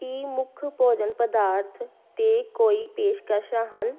ਕੀ ਮੁੱਖ ਭੋਜਨ ਪਦਾਰਥ 'ਤੇ ਕੋਈ ਪੇਸ਼ਕਸ਼ਾਂ ਹਨ